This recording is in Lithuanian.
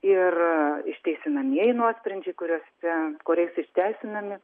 ir išteisinamieji nuosprendžiai kuriuose kuriais ištiesinami